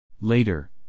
Later